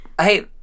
Hey